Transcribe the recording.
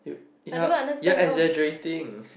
you are you are exaggerating